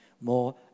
more